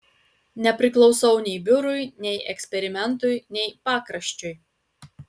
nepriklausau nei biurui nei eksperimentui nei pakraščiui